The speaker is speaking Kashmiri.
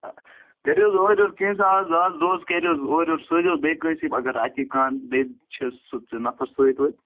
کٔرِو حظ اورٕ یورٕ کیٚنٛہہ آز آز دۄہس کٔرِو حظ اورٕ یور سوٗزِو حظ بیٚیہِ کٲنٛسہِ یِم اگر اَتی کانٛہہ بیٚیہِ چھِ سُہ ژٕ نفر سۭتۍ وۭتۍ